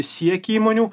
siekiai įmonių